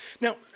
Now